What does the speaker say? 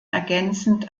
ergänzend